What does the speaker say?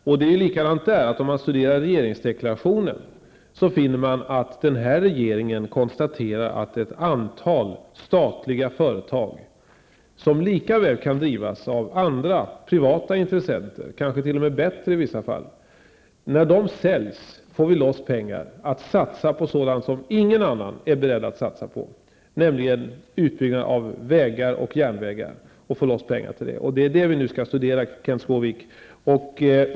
Om man studerar regeringsdeklarationen, finner man att den här regeringen -- när de statliga företag som lika väl, kanske i vissa t.o.m. fall bättre, kan drivas av privata intressenter säljs och regeringen får loss pengar -- avser att satsa på sådant som ingen annan är beredd att satsa på, nämligen utbyggnad av vägar och järnvägar. Det är någonting som vi nu skall studera, Kenth Skårvik.